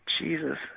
Jesus